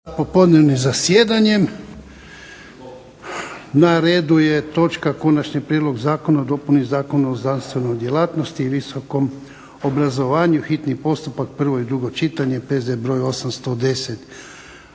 popodnevnim zasjedanjem. Na redu je točka - Konačni prijedlog zakona o dopuni Zakona o zdravstvenoj djelatnosti i visokom obrazovanju, hitni postupak, prvo i drugo čitanje, P.Z. br. 810.